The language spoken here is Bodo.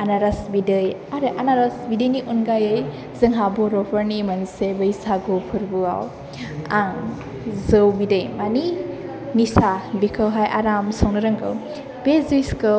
आनारस बिदै आरो आनारस बिदैनि अनगायै जोंहा बर'फोरनि मोनसे बैसागु फोरबोआव आं जौ बिदै माने निसा बिखौहाय आराम संनो रोंगौ बे जुइस खौ